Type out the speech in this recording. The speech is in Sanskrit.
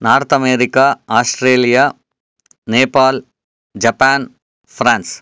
north America Australia Nepal Japan France